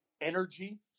energy